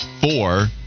four